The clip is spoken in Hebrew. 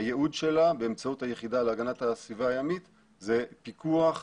היעוד שלה באמצעות היחידה להגנת הסביבה הימית זה פיקוח,